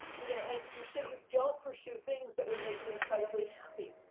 you know, and and so you don't pursue things that would make you incredibly happy.